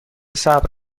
صبر